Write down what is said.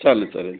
चालेल चालेल